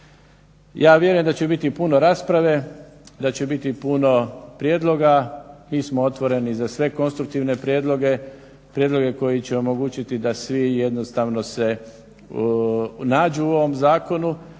Ja vjerujem da će biti puno rasprave, da će biti puno prijedloga. Mi smo otvoreni za sve konstruktivne prijedloge, prijedloge koji će omogućiti da svi jednostavno se nađu u ovom zakonu,